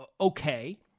okay